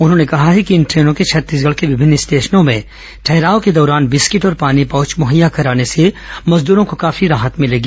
उन्होंने कहा है कि इन ट्रेनों के छत्तीसगढ़ के विभिन्न स्टेशनों में ठहराव के दौरान बिस्किट और पानी पाउच मुहैया कराने से मजदूरों को काफी राहत मिलेगी